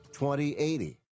2080